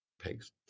pigs